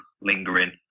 lingering